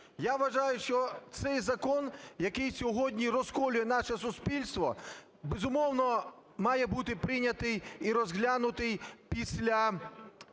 Я вважаю, що цей закон, який сьогодні розколює наше суспільство, безумовно, має бути прийнятий і розглянутий після